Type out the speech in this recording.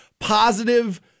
Positive